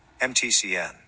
mtcn